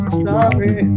sorry